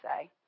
say